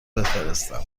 بفرستم